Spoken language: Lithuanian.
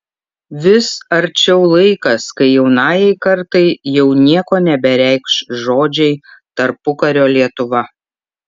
vis arčiau laikas kai jaunajai kartai jau nieko nebereikš žodžiai tarpukario lietuva